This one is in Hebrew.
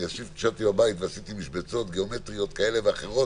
אני ישבתי בבית ועשיתי משבצות גיאומטריות כאלה ואחרות,